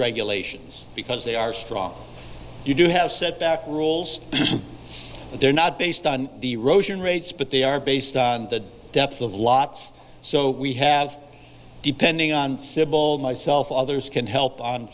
regulations because they are strong you do have set back rules but they're not based on the rosen rates but they are based on the depth of lots so we have depending on civil myself others can help on